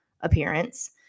appearance